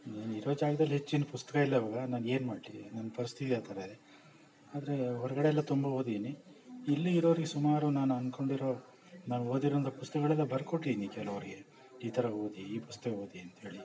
ನಾನು ಇರೋ ಜಾಗ್ದಲ್ಲಿ ಹೆಚ್ಚಿನ ಪುಸ್ತಕ ಇಲ್ಲವಾಗ ನಾನೇನು ಮಾಡಲಿ ನಮ್ಮ ಪರಿಸ್ಥಿತಿ ಆ ಥರ ಇದೆ ಆದರೆ ಹೊರಗಡೆ ಎಲ್ಲ ತುಂಬ ಓದಿದ್ದೀನಿ ಇಲ್ಲಿ ಇರೋರಿಗೆ ಸುಮಾರು ನಾನು ಅನ್ಕೊಂಡಿರೋ ನಾನು ಓದಿರುವಂಥ ಪುಸ್ತಕಗಳೆಲ್ಲ ಬರ್ಕೊಟ್ಟೀನಿ ಕೆಲವರಿಗೆ ಈ ಥರ ಓದಿ ಈ ಪುಸ್ತಕ ಓದಿ ಅಂತ ಹೇಳಿ